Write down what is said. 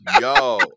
Yo